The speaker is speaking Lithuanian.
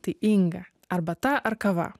tai inga arbata ar kava